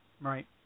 Right